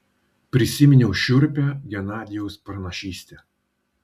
prisiminiau šiurpią genadijaus pranašystę